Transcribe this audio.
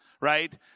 right